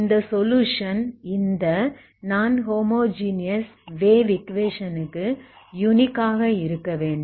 இந்த சொலுயுஷன் இந்த நான் ஹோமோஜீனியஸ் வேவ் ஈக்குவேஷன் க்கு யுனிக் ஆக இருக்கவேண்டும்